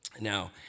Now